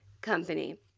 company